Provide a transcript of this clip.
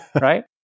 right